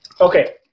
Okay